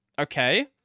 Okay